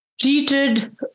treated